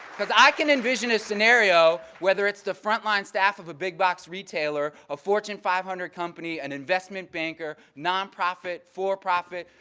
because i can envision a scenario, whether it's the frontline staff of a big box retailer, a fortune five hundred company, an investment banker, nonprofit, for-profit,